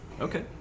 Okay